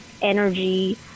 energy